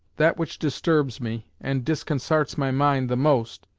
that which disturbs me, and disconsarts my mind the most,